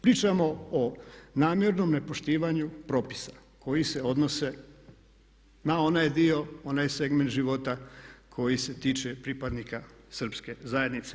Pričamo o namjernom nepoštivanju propisa koji se odnose na onaj dio, onaj segment života koji se tiče pripadnika srpske zajednice?